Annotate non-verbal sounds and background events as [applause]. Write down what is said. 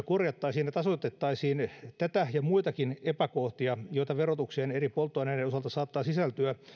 [unintelligible] korjattaisiin ja tasoitettaisiin tätä ja muitakin epäkohtia joita verotukseen eri polttoaineiden osalta saattaa sisältyä